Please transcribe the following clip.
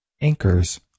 anchors